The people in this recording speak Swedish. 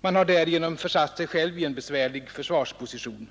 Man har därigenom försatt sig själv i en besvärlig försvarsposition.